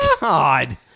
God